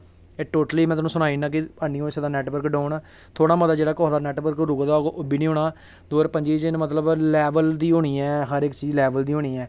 एह् टोटली में तोहानू सनाई ओड़नां कि एह् नी होई सकदा डाउन थोह्ड़ा मता जेह्ड़ा कुसै दा नैटबर्क रुके दा होना ओह् बी नी होना दो ज्हार पंजी च मतलव हर चीज़ लैवल दी होनीं ऐ